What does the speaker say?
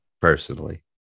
Personally